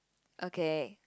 okay